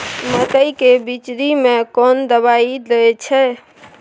मकई के बिचरी में कोन दवाई दे छै?